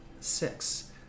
six